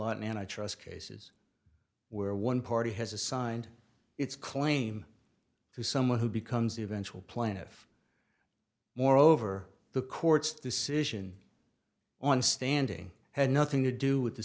lot and i trust cases where one party has assigned its claim to someone who becomes the eventual plaintiff moreover the court's decision on standing had nothing to do with the